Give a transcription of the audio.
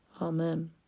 Amen